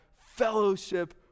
fellowship